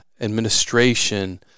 administration